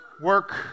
Work